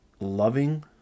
loving